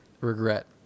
Regret